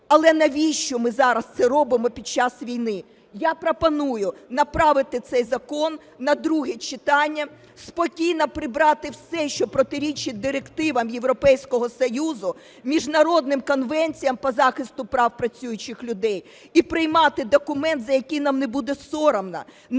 Але навіщо ми зараз це робимо під час війни? Я пропоную направити цей закон на друге читання. Спокійно прибрати все, що протирічить директивам Європейського Союзу, міжнародним конвенціям по захисту прав працюючих людей, і приймати документ, за який нам не буде соромно.